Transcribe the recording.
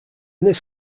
this